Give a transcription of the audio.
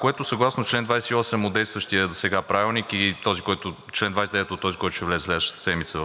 което съгласно чл. 28 от действащия досега Правилник и чл. 29 от този, който ще влезе в сила следващата седмица,